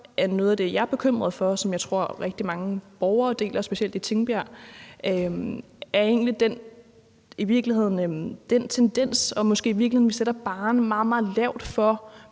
noget af det, jeg er bekymret for, og som jeg tror rigtig mange borgere deler, specielt i Tingbjerg, den tendens, hvor vi måske sætter barren meget, meget lavt for,